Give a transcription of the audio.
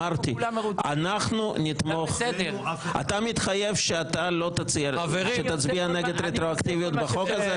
אתה מתחייב שתצביע נגד הרטרואקטיביות בחוק הזה?